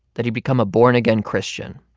that he'd become a born-again christian.